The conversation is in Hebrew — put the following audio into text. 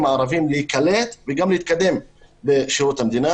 הערבים להיקלט וגם להתקדם בשירות המדינה.